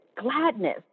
gladness